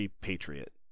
patriot